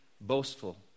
boastful